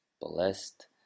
blessed